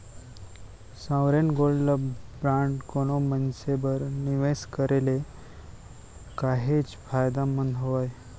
sovereign gold bond कोनो मनसे बर निवेस करे ले काहेच फायदामंद हावय